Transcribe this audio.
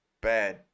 bad